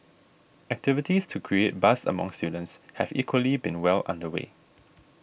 activities to create buzz among students have equally been well under way